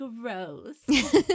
Gross